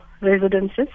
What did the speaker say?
residences